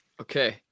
Okay